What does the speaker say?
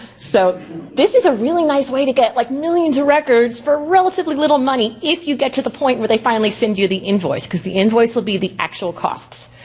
so this is a really nice way to get like millions of records for relatively little money if you get to the point where they finally send you the invoice. cause the invoice would be the actual costs.